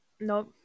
No